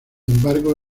embargo